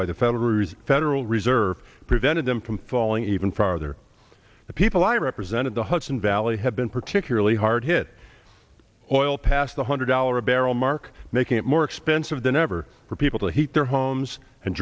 by the federal reserve federal reserve prevented them from falling even farther the people i represent in the hudson valley have been particularly hard hit oil passed a hundred dollar a barrel mark making it more expensive than ever for people to heat their homes and